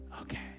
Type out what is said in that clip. okay